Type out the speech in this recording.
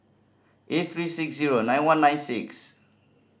eight three six zero nine one nine six